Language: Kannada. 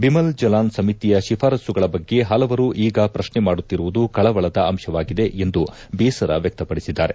ಬಿಮಲ್ ಜಲಾನ್ ಸಮಿತಿಯ ಶಿಫಾರಸ್ಸುಗಳ ಬಗ್ಗೆ ಹಲವರು ಈಗ ಪ್ರತ್ನೆ ಮಾಡುತ್ತಿರುವುದು ಕಳವಳದ ಅಂಶವಾಗಿದೆ ಎಂದು ಬೇಸರ ವ್ಲಕ್ತಪಡಿಸಿದ್ದಾರೆ